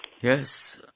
Yes